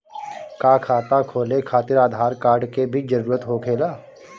का खाता खोले खातिर आधार कार्ड के भी जरूरत होखेला?